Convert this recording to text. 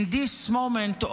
In this moment,